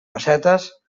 pessetes